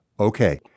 Okay